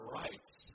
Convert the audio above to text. rights